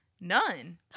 none